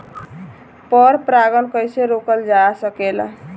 पर परागन कइसे रोकल जा सकेला?